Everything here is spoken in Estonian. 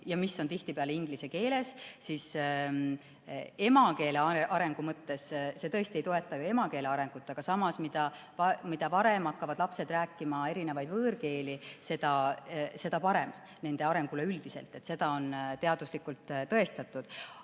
mis on tihtipeale inglise keeles, ja teine külg on emakeele areng. See tõesti ei toeta emakeele arengut, aga samas, mida varem hakkavad lapsed rääkima erinevaid võõrkeeli, seda parem nende arengule üldiselt. See on teaduslikult tõestatud. Aga